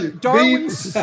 Darwin's